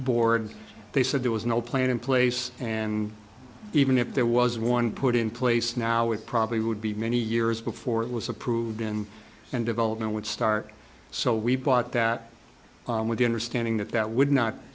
board they said there was no plan in place and even if there was one put in place now it probably would be many years before it was approved and and development would start so we bought that on with the understanding that that would not